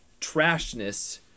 trashness